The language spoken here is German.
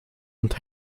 und